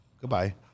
Goodbye